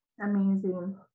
Amazing